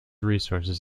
resources